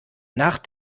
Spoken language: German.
nach